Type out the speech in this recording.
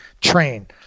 train